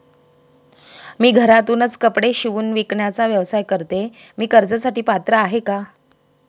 मी घरातूनच कपडे शिवून विकण्याचा व्यवसाय करते, मी कर्जासाठी पात्र आहे का?